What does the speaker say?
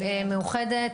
מאוחדת,